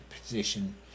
position